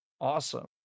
Awesome